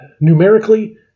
numerically